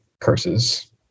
curses